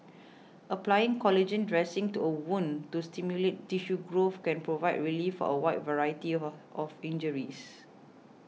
applying collagen dressings to a wound to stimulate tissue growth can provide relief for a wide variety of a of injuries